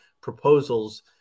proposals